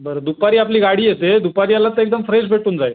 बरं दुपारी आपली गाडी येते दुपारी आलात तर एकदम फ्रेश भेटून जाईल